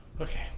Okay